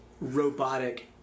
robotic